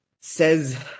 Says